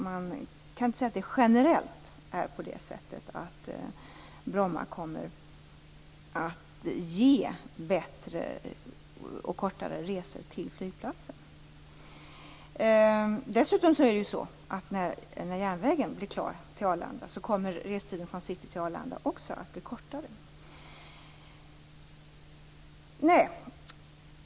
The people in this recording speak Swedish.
Man kan därför inte generellt säga att det blir kortare resor till flygplatsen om man behåller Bromma flygplats. När järnvägen till Arlanda blir klar kommer dessutom restiden från city till Arlanda att bli kortare.